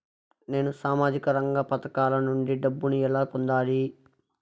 నేను సామాజిక రంగ పథకాల నుండి డబ్బుని ఎలా పొందాలి?